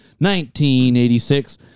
1986